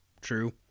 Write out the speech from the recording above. True